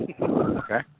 Okay